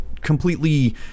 completely